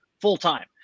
full-time